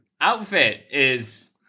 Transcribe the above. outfit—is